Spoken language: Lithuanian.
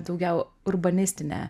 daugiau urbanistinę